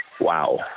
wow